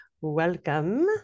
Welcome